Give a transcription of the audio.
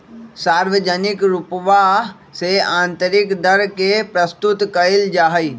सार्वजनिक रूपवा से आन्तरिक दर के प्रस्तुत कइल जाहई